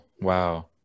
Wow